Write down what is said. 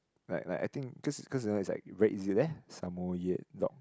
like like I think cause cause you know it's like very easy there Samoyed dog